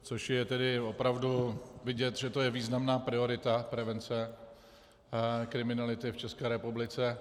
Což je opravdu vidět, že to je významná priorita, prevence kriminality v České republice.